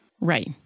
Right